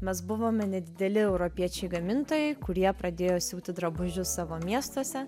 mes buvome nedideli europiečiai gamintojai kurie pradėjo siūti drabužius savo miestuose